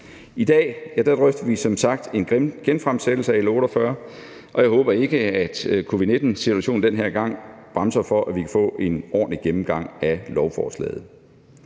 I dag drøfter vi som sagt en genfremsættelse af L 48, og jeg håber ikke, at covid-19-situationen den her gang bremser for, at vi kan få en ordentlig gennemgang af lovforslaget.